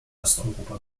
osteuropa